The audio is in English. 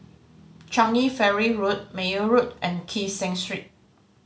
Changi Ferry Road Meyer Road and Kee Seng Street